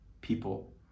people